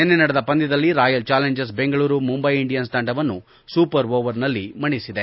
ನಿನ್ನೆ ನಡೆದ ಪಂದ್ಯದಲ್ಲಿ Royal Challengers Bengaluru Mumbai Indians ತಂಡವನ್ನು ಸೂಪರ್ ಓವರ್ನಲ್ಲಿ ಮಣೆಸಿದೆ